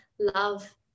love